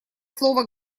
слово